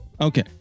Okay